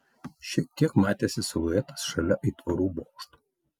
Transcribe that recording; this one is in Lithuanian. šiek tiek matėsi siluetas šalia aitvarų bokšto